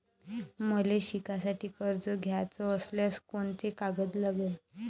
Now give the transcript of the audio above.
मले शिकासाठी कर्ज घ्याचं असल्यास कोंते कागद लागन?